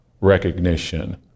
recognition